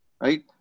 right